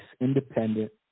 independent